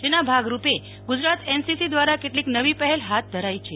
જેના ભાગરૂપે ગુજરાત એનસીસી દ્વારા કેટલીક નવી પહેલ હાથ ધરાઈ છે